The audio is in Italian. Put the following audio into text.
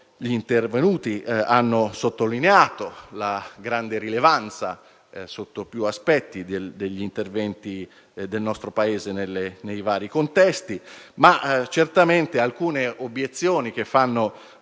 gli intervenuti hanno sottolineato la grande rilevanza, sotto più aspetti, degli interventi del nostro Paese nei vari contesti. Certamente, alcune critiche che fanno